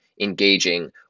engaging